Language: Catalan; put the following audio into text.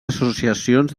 associacions